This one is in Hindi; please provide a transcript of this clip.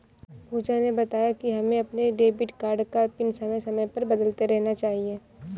पूजा ने बताया कि हमें अपने डेबिट कार्ड का पिन समय समय पर बदलते रहना चाहिए